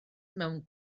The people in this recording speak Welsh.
mewn